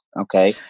okay